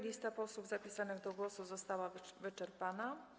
Lista posłów zapisanych do głosu została wyczerpana.